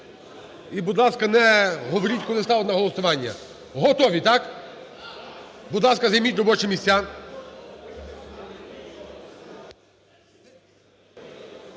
І, будь ласка, не говоріть, коли ставити на голосування. Готові, так? Будь ласка, займіть робочі місця.